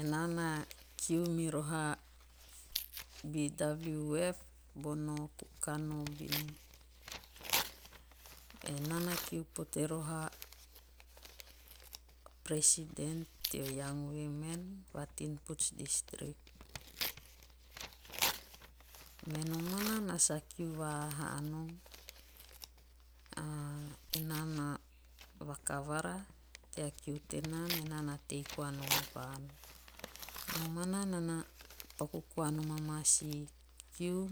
Enaa na kiu miroho a'bwf' bono kukan o vinu. enaa na kiu pote roho a'president'teo young women va tinputz district. Me nomana. enaa sa kiu vaha hanom. A enaa na vakavara tea kiu tena. me naa na tei koa nom vaan. Nnomana. naa a paku koa nom amaa si kiu.